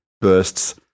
bursts